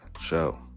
show